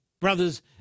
brothers